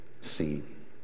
seen